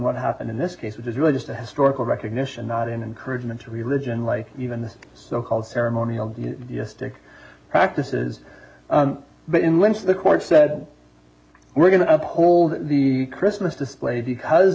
what happened in this case which is really just a historical recognition not an incursion into religion like even the so called ceremonial stick practices but unless the court said we're going to uphold the christmas display because